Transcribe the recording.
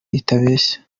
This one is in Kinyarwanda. itabeshya